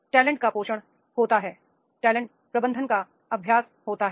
talent का पोषण होता है टैलेंट प्रबंधन का अभ्यास होता है